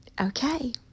Okay